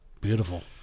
Beautiful